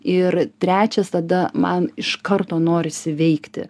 ir trečias tada man iš karto norisi veikti